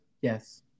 yes